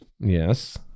Yes